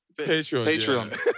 Patreon